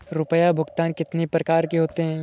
रुपया भुगतान कितनी प्रकार के होते हैं?